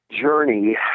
journey